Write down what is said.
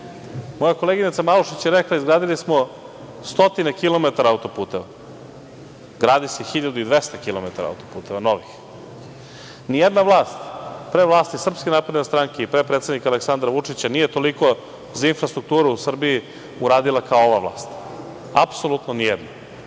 koleginica Malušić je rekla – izgradili smo stotine kilometara auto-puteva, gradi se 1.200 kilometara auto-puteva, novih. Ni jedna vlast, pre vlasti SNS i pre predsednika Aleksandra Vučića nije toliko za infrastrukturu u Srbiji uradila kao ova vlast, apsolutno ni jedna.